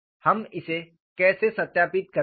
हम इसे कैसे सत्यापित करते हैं